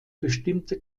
bestimmte